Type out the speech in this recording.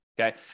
Okay